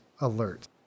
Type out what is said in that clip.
alert